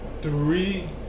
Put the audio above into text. three